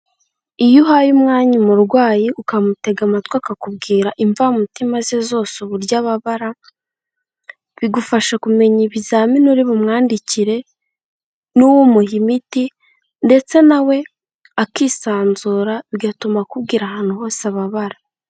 Iyo uhaye umwanya umurwayi ukamutega amatwi akakubwira imvamutima ze zose uburyo ababara, bigufasha kumenya ibizamini uri bumwandikire n'uw'umuha imiti, ndetse na we akisanzura bigatuma akubwira ahantu hose ababara.